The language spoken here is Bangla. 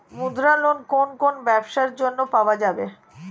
মুদ্রা লোন কোন কোন ব্যবসার জন্য পাওয়া যাবে?